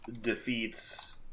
defeats